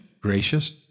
gracious